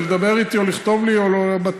זה לדבר איתי או לכתוב לי או בטלפון.